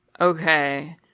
okay